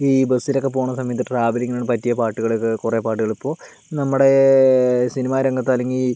ഈ ബസ്സിലൊക്കെ പോകുന്ന സമയത്തു ട്രാവലിംഗിനൊക്കെ പറ്റിയ പാട്ടുകളൊക്കെ കുറേ പാട്ടുകൾ ഇപ്പോൾ നമ്മുടെ സിനിമ രംഗത്ത് അല്ലെങ്കിൽ